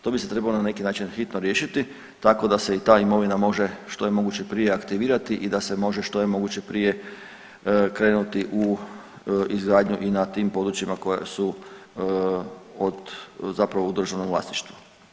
To bi se trebalo na neki način hitno riješiti tako da se i ta imovina može što je moguće prije aktivirati i da se može što je moguće prije krenuti u izgradnju i na tim područjima koja su od, zapravo u državnom vlasništvu.